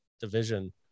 division